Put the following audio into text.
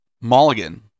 Mulligan